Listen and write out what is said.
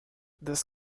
this